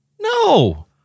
No